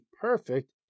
perfect